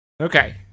Okay